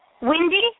Windy